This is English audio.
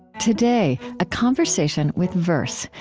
today, a conversation with verse,